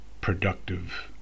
productive